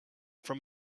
from